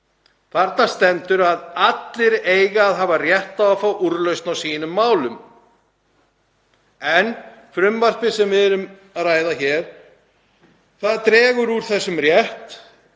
Þarna stendur að allir eigi að hafa rétt á að fá úrlausn á sínum málum en frumvarpið sem við erum að ræða hér dregur úr þessum rétti